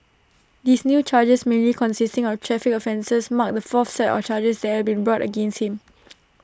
these new charges mainly consisting of traffic offences mark the fourth set of charges that have been brought against him